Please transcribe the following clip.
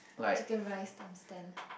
chicken rice times ten